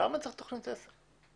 למה צריך תוכנית עסק?